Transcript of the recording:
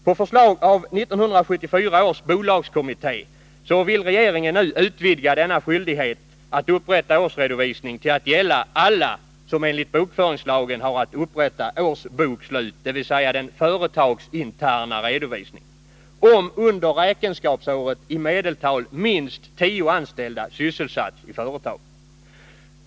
På förslag av 1974 års bolagskommitté vill regeringen nu utvidga denna skyldighet att upprätta årsredovisning till att gälla alla som enligt bokföringslagen har att upprätta årsbokslut — dvs. den företagsinterna redovisningen — om under räkenskapsåret i medeltal minst tio anställda sysselsatts i företaget.